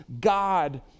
God